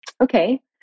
Okay